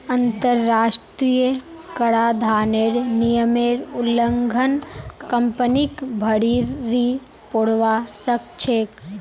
अंतरराष्ट्रीय कराधानेर नियमेर उल्लंघन कंपनीक भररी पोरवा सकछेक